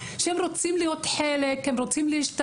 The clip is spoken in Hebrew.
הם רוצים להיות חלק ולהשתלב.